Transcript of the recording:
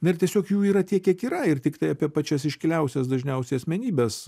na ir tiesiog jų yra tiek kiek yra ir tiktai apie pačias iškiliausias dažniausiai asmenybes